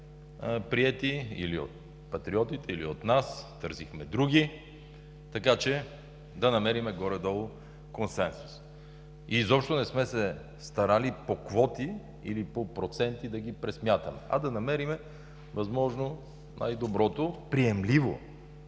приети или от Патриотите, или от нас, търсихме други, така че да намерим консенсус. Изобщо не сме се старали по квоти или по проценти да ги пресмятаме, а да намерим възможно най-доброто, приемливо